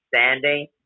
standing